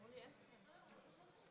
תודה רבה.